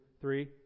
three